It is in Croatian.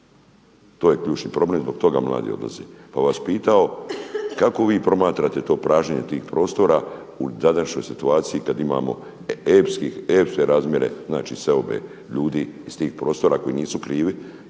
To je ključni problem, zbog toga mladi odlaze. Pa bih vas pitao kako vi promatrate to pražnjenje tih prostora u današnjoj situaciji kad imamo epske razmjere, znači seobe ljudi iz tih prostora koji nisu krivi,